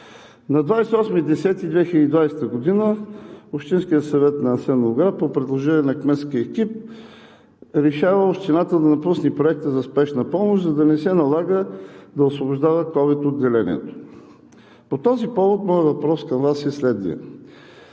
октомври 2020 г. Общинският съвет на Асеновград, по предложение на кметския екип, решава Общината да напусне проекта за Спешна помощ, за да не се налага да освобождава ковид отделението. По този повод моят въпрос към Вас е следният: